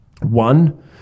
One